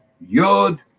Yod